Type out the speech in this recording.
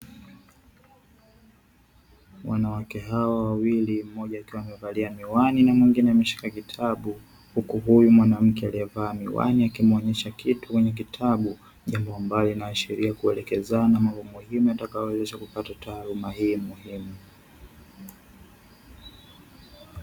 Wanawake hawa wawili mmoja akiwa amevalia miwani na mwingine ameshika kitabu, huku huyu mwanamke aliyevaa miwani akimuonyesha kitu kwenye kitabu, jambo ambalo linaashiria kuelekezana mambo muhimu yatakayowezesha kupata taaluma hii muhimu.